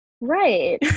Right